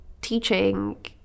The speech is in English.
teaching